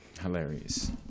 hilarious